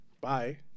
bye